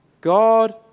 God